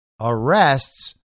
arrests